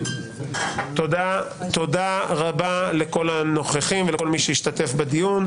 תודה רבה לכל הנוכחים ולכל מי שהשתתף בדיון.